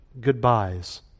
goodbyes